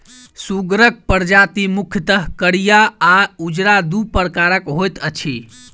सुगरक प्रजाति मुख्यतः करिया आ उजरा, दू प्रकारक होइत अछि